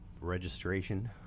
registration